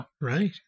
Right